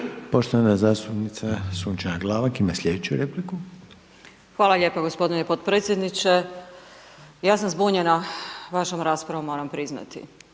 Poštovana zastupnica Sunčana Glavak, ima slijedeću repliku. **Glavak, Sunčana (HDZ)** Hvala lijepo gospodine podpredsjedniče, ja sam zbunjena vašom raspravom, moram priznati,